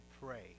pray